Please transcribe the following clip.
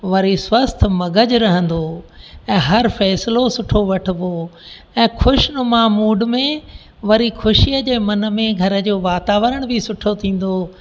वरि स्वस्थ मॻज रहंदो ऐं हर फ़ैसिलो सुठो वठिबो ऐं ख़ुशिनुमा मूड में वरी ख़ुशीअ जे मन में घर जो वातावरण बि सुठो थींदो